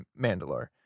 mandalore